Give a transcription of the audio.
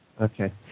Okay